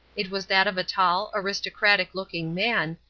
it was that of a tall, aristocratic-looking man,